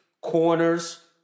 corners